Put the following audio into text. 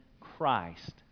christ